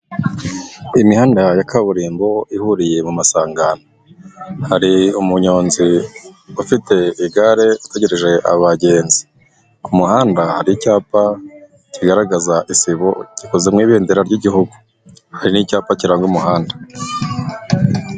Imihanda ya kaburimbo ihuriye mu masangano, hari umunyonzi ufite igare utegereje abagenzi. Ku muhanda hari icyapa kigaragaza isibo, gikoze mu ibendera ry'igihugu, hari n'icyapa kiranga umuhanda.